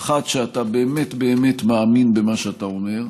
האחת, שאתה באמת מאמין במה שאתה אומר,